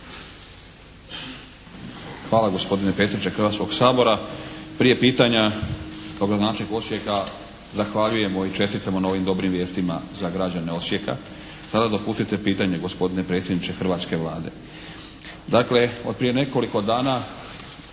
Hvala gospodine predsjedniče Hrvatskog sabora. Prije pitanja gradonačelniku Osijeka, zahvaljujemo i čestitamo na ovim dobrim vijestima za građane Osijeka. Sada dopustite pitanje gospodine predsjedniče hrvatske Vlade.